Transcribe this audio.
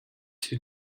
two